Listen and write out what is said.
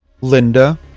Linda